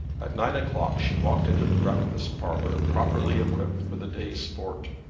at nine o'clock she walked into the breakfast parlour properly equipped for the day's sport.